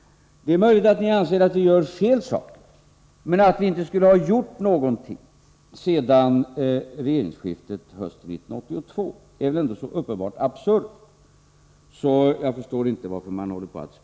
Det är möjligt att ni anser att vi gör fel saker. Men att vi inte skulle ha gjort någonting sedan regeringsskiftet hösten 1982 är väl ändå helt absurt. Jag förstår inte varför man sprider den myten.